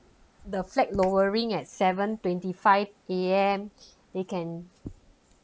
the flag lowering at seven twenty five A_M they can